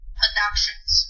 productions